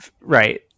Right